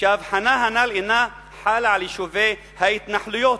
שההבחנה הנ"ל אינה חלה על יישובי ההתנחלויות,